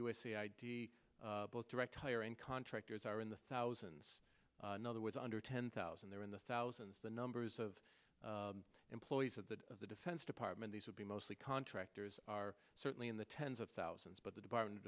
of both direct hiring contractors are in the thousands another was under ten thousand there in the thousands the numbers of employees of the of the defense department these would be mostly contractors are certainly in the tens of thousands but the department of